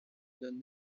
donne